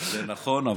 זה נכון,